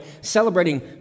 celebrating